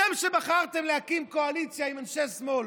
אתם שבחרתם להקים קואליציה עם אנשי שמאל,